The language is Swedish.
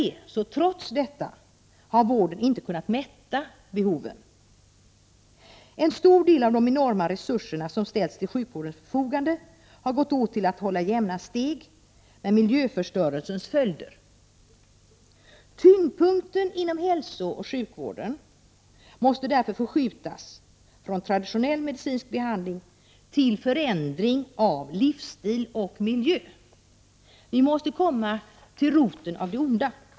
Och vad värre är — vården har trots detta inte kunnat mätta behoven. En stor del av de enorma resurser som ställts till sjukvårdens förfogande har gått åt till att hålla jämna steg med miljöförstörelsens följder. Tyngdpunkten inom hälsooch sjukvården måste därför förskjutas från traditionell medicinsk behandling till förändring av livsstil och miljö. Vi måste gå till roten med det onda.